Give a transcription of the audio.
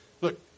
Look